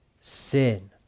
sin